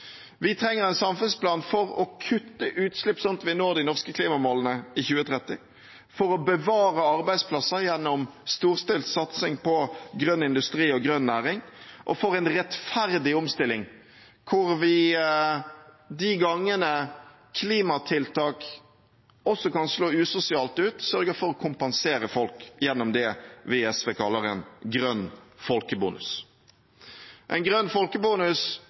Vi trenger en samfunnsplan for å kutte utslipp, slik at vi når de norske klimamålene i 2030, for å bevare arbeidsplasser gjennom storstilt satsing på grønn industri og grønn næring og for en rettferdig omstilling, hvor vi de gangene klimatiltak også kan slå usosialt ut, sørger for å kompensere folk gjennom det vi i SV kaller en «grønn folkebonus». En «grønn folkebonus»